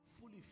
fully